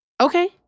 Okay